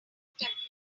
temperatures